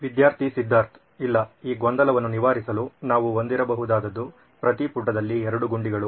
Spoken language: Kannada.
ವಿದ್ಯಾರ್ಥಿ ಸಿದ್ಧಾರ್ಥ ಇಲ್ಲ ಈ ಗೊಂದಲವನ್ನು ನಿವಾರಿಸಲು ನಾವು ಹೊಂದಬಹುದಾದದ್ದು ಪ್ರತಿ ಪುಟದಲ್ಲಿ ಎರಡು ಗುಂಡಿಗಳು